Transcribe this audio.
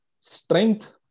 Strength